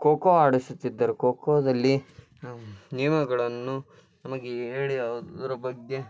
ಖೊ ಖೋ ಆಡಿಸುತ್ತಿದ್ದರು ಖೊ ಖೋದಲ್ಲಿ ನಿಯಮಗಳನ್ನು ನಮಗೆ ಹೇಳಿ ಅದರ ಬಗ್ಗೆ